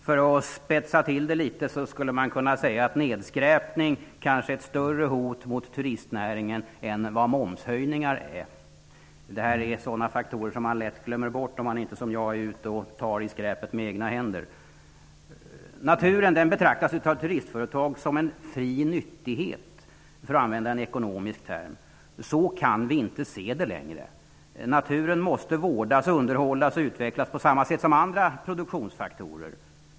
För att spetsa till det litet skulle man kunna säga att nedskräpning kanske är ett större hot mot turistnäringen än vad momshöjningar är. Det är faktorer som man lätt glömmer bort om man inte som jag är ute och tar i skräpet med egna händer. Naturen betraktas av turistföretag som en fri nyttighet, för att använda en ekonomisk term. Så kan vi inte se det längre. Naturen måste vårdas, underhållas och utvecklas på samma sätt som andra produktionsfaktorer.